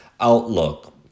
outlook